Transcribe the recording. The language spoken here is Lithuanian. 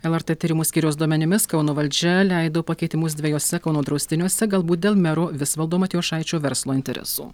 lrt tyrimų skyriaus duomenimis kauno valdžia leido pakeitimus dviejuose kauno draustiniuose galbūt dėl mero visvaldo matijošaičio verslo interesų